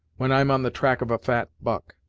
when i'm on the track of a fat buck.